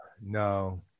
No